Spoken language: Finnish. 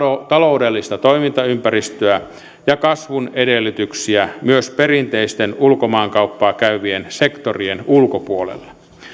taloudellista toimintaympäristöä ja kasvun edellytyksiä myös perinteisten ulkomaankauppaa käyvien sektorien ulkopuolella